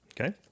Okay